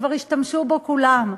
כבר השתמשו בו כולם.